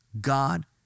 God